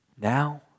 Now